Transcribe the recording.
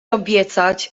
obiecać